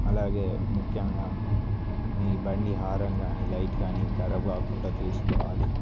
అలాగే ముఖ్యంగా మీ బండి హరన్ కానీ లైట్ కానీ కరాబ్ కాకుండా చూసుకోవాలి